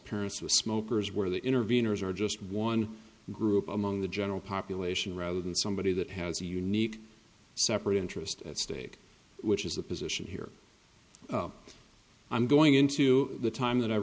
parents who are smokers where the interveners are just one group among the general population rather than somebody that has a unique separate interest at stake which is the position here oh i'm going into the time that i